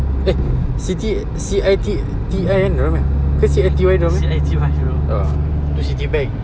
eh city C I T T I N ke apa ke C I T Y dia orang ah itu Citibank